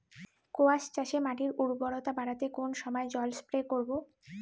কোয়াস চাষে মাটির উর্বরতা বাড়াতে কোন সময় জল স্প্রে করব?